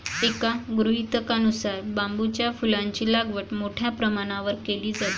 एका गृहीतकानुसार बांबूच्या फुलांची लागवड मोठ्या प्रमाणावर केली जाते